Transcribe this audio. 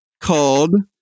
called